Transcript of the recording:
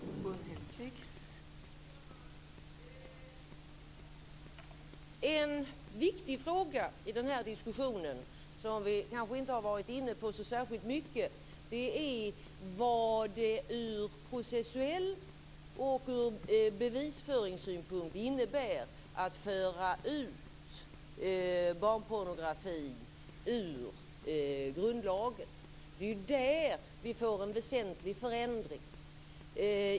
Fru talman! En viktig fråga i den här diskussionen som vi kanske inte har varit inne på särskilt mycket är frågan om vad det från processuell synpunkt och från bevisföringssynpunkt innebär att föra ut barnpornografin ur grundlagen. Det är där som vi får en väsentlig förändring.